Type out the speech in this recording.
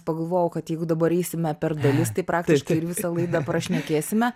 pagalvojau kad jeigu dabar eisime per dalis tai praktiškai visą laidą pašnekėsime